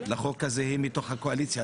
לחוק הזה היא מתוך הקואליציה,